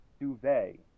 duvet